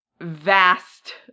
vast